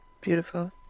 beautiful